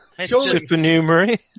Supernumerary